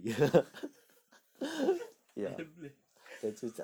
damn lame